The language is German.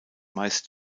meist